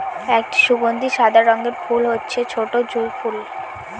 একটি সুগন্ধি সাদা রঙের ফুল হচ্ছে ছোটো জুঁই ফুল